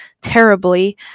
terribly